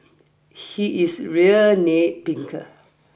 he is real nitpicker